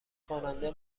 خواننده